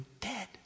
dead